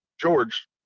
George